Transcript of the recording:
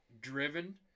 driven